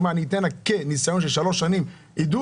אני אתן לה כניסיון של שלוש שנים עידוד,